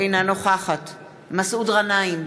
אינה נוכחת מסעוד גנאים,